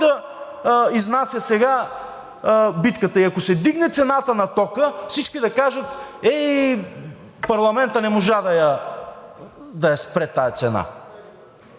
да изнася битката, и ако се вдигне цената на тока, всички да кажат: ей, парламентът не можа да я спре тази цена.